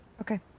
Okay